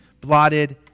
blotted